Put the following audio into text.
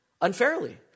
unfairly